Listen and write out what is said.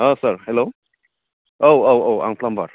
अ sir hello औ औ आं प्लामबार